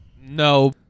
No